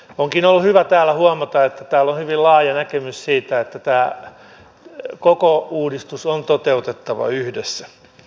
onkin ollut hyvä täällä huomata että täällä on hyvin laaja näkemys siitä että tämä koko uudistus on toteutettava yhdessä